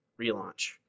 relaunch